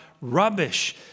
rubbish